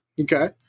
Okay